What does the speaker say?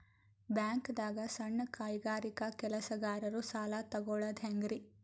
ಬ್ಯಾಂಕ್ದಾಗ ಸಣ್ಣ ಕೈಗಾರಿಕಾ ಕೆಲಸಗಾರರು ಸಾಲ ತಗೊಳದ್ ಹೇಂಗ್ರಿ?